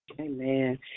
Amen